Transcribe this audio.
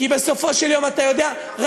כי בסופו של יום אתה יודע, אני יכול להגיד משהו?